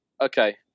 Okay